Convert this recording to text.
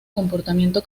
comportamiento